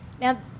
Now